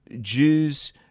Jews